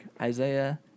Isaiah